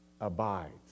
abides